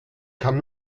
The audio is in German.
kann